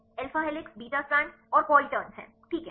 alpha helices beta strand और coil turns है ठीक है